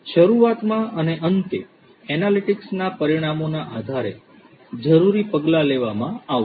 શરૂઆતમાં અને અંતે એનાલિટિક્સના પરિણામોના આધારે જરૂરી પગલાં લેવામાં આવશે